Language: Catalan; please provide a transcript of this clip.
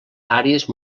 àrees